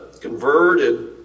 converted